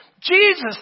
Jesus